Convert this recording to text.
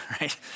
right